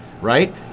Right